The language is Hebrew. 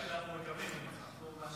דוד, אנחנו מקבלים, אנחנו מאשרים.